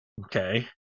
Okay